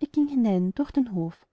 er ging hinein durch den hof